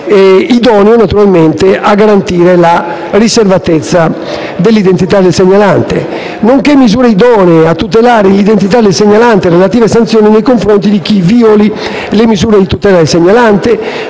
con modalità informatiche, la riservatezza dell'identità del segnalante, nonché misure idonee a tutelare l'identità del segnalante e le relative sanzioni nei confronti di chi violi le misure di tutela del segnalante,